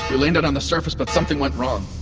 we landed on the surface, but something went wrong.